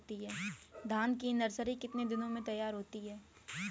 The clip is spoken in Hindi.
धान की नर्सरी कितने दिनों में तैयार होती है?